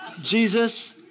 Jesus